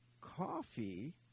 coffee